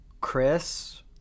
Chris